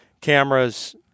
cameras